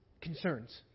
concerns